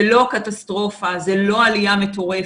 זה לא קטסטרופה, זה לא עלייה מטורפת,